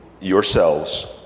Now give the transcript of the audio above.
yourselves